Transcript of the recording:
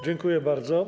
Dziękuję bardzo.